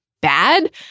bad